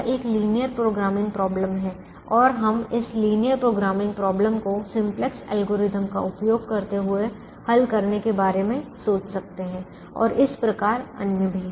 यह एक linear programming समस्या है और हम इस लिनियर प्रोग्रामिंग समस्या को सिंपलेक्स एल्गोरिथ्म का उपयोग करते हुए हल करने के बारे में सोच सकते हैं और इस प्रकार अन्य भी